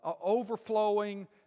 overflowing